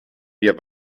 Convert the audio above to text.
wir